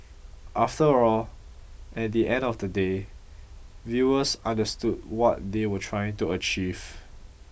after all at the end of the day viewers understood what they were trying to achieve